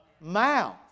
mouth